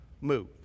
move